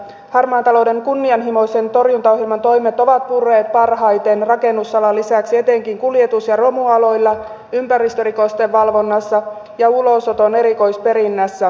harmaan talouden kunnianhimoisen torjuntaohjelman toimet ovat purreet parhaiten rakennusalan lisäksi etenkin kuljetus ja romualoilla ympäristörikosten valvonnassa ja ulosoton erikoisperinnässä